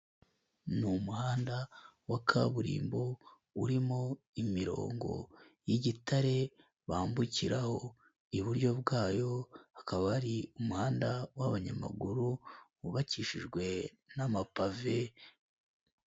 Ni umuhanda wa kaburimbo, urimo imirongo y'igitare bambukiraho, iburyo bwayo hakaba hari umuhanda w'abanyamaguru, wubakishijwe n'amapave.